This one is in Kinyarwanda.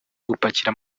gupakira